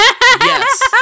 Yes